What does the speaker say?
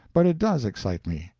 but it does excite me.